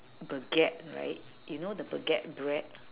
baguette right you know the baguette bread